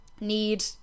Need